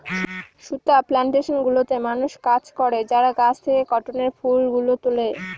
সুতা প্লানটেশন গুলোতে মানুষ কাজ করে যারা গাছ থেকে কটনের ফুল গুলো তুলে